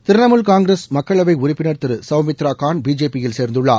திரிணாமுல் காங்கிரஸ் மக்களவை உறுப்பினர் திரு சகவ்மித்ரா கான் பிஜேபியில் சேர்ந்துள்ளார்